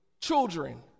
children